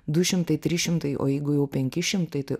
du šimtai trys šimtai o jeigu jau penki šimtai tai